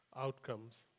outcomes